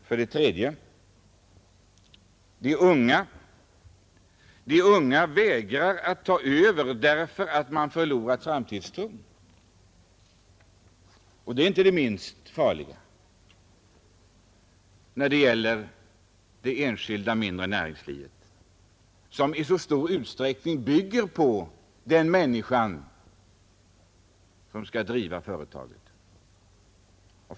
För det tredje vägrar de unga människorna att ta över därför att de har förlorat tron på en framtid för företagen, och det är inte det minst farliga när det gäller det enskilda mindre näringslivet, som i så stor utsträckning är beroende av den människa som skall driva företaget i fråga.